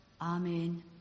Amen